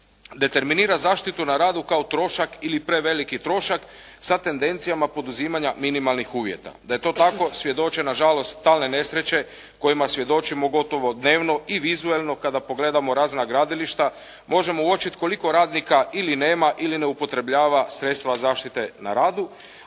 determinira zaštitu na radu kao trošak ili preveliki trošak sa tendencijama poduzimanja minimalnih uvjeta. Da je to tako, svjedoče na žalost stalne nesreće kojima svjedočimo gotovo dnevno i vizualno kada pogledamo razna gradilišta možemo uočiti koliko radnika ili nema ili ne upotrebljava sredstva zaštite na radu,